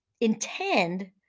intend